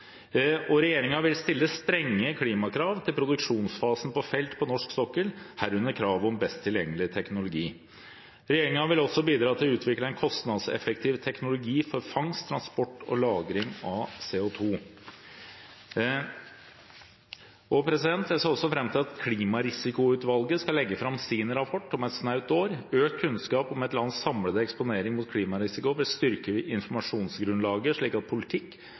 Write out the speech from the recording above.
vil stille strenge klimakrav til produksjonsfasen på felt på norsk sokkel, herunder kravet om best tilgjengelig teknologi. Regjeringen vil også bidra til å utvikle en kostnadseffektiv teknologi for fangst, transport og lagring av CO2. Jeg ser også fram til at Klimarisikoutvalget skal legge fram sin rapport om et snaut år. Økt kunnskap om et lands samlede eksponering mot klimarisiko vil styrke informasjonsgrunnlaget, slik at politikk